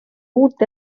uut